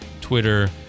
Twitter